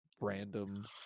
random